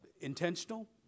intentional